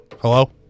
Hello